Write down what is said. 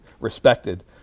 respected